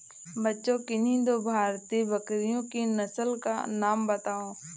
बच्चों किन्ही दो भारतीय बकरियों की नस्ल का नाम बताओ?